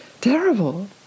terrible